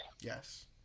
yes